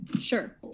Sure